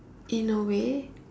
in a way